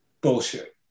bullshit